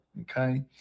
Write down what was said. Okay